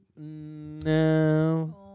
no